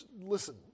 Listen